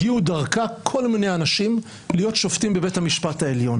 הגיעו דרכה כל מיני אנשים להיות שופטים בבית המשפט העליון.